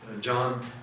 John